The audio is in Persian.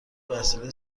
وسیله